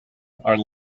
are